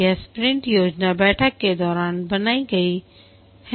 यह स्प्रिंट योजना बैठक के दौरान बनाया गयी है